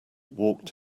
walked